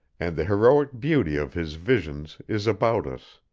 and the heroic beauty of his visions is about us,